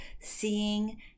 seeing